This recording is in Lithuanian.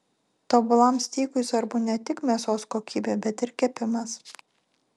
tobulam steikui svarbu ne tik mėsos kokybė bet ir kepimas